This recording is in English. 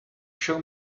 show